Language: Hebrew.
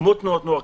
כמו תנועות נוער,